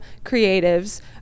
creatives